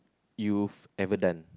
you've ever done